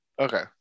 Okay